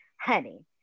Honey